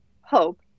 hope